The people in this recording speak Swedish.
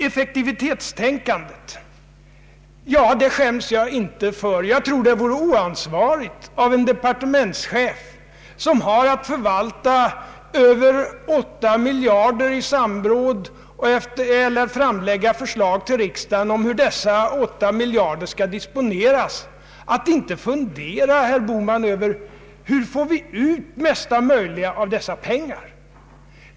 Effektivitetstänkandet skäms jag inte för. Det vore oansvarigt av en departementschef, som har att förvalta över 8 miljarder kronor, att vid framläggandet av förslagen till riksdagen om hur dessa 8 miljarder skall disponeras inte fundera över hur man skall få ut det mesta möjliga av dessa pengar.